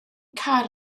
car